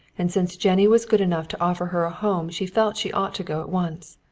and since jennie was good enough to offer her a home she felt she ought to go at once.